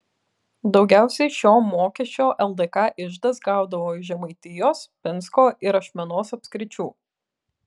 daugiausiai šio mokesčio ldk iždas gaudavo iš žemaitijos pinsko ir ašmenos apskričių